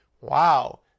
Wow